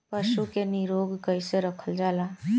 पशु के निरोग कईसे रखल जाला?